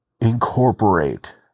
incorporate